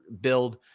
build